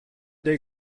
der